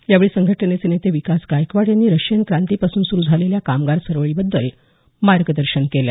यावेळी संघटनेचे नेते विकास गायकवाड यांनी रशियन क्रांती पासून सुरु झालेल्या कामगार चळवळीबद्दल मार्गदर्शन केलं